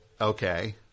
Okay